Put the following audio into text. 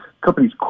Companies